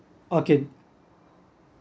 okay